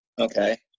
Okay